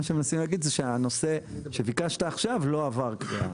מה שמנסים להגיד זה שהנושא שביקשת עכשיו לא עבר.